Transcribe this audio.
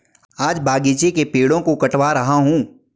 आज बगीचे के पेड़ों को कटवा रहा हूं